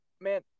man